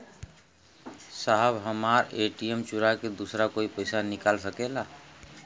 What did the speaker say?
साहब हमार ए.टी.एम चूरा के दूसर कोई पैसा निकाल सकेला?